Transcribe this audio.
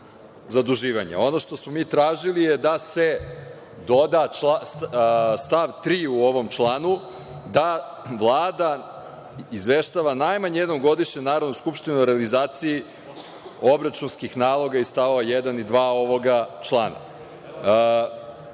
što smo mi tražili je da se doda stav 3. u ovom članu, da Vlada izveštava najmanje jednom godišnje Narodnu skupštinu o realizaciji obračunskih naloga iz stavova 1. i 2. ovog člana.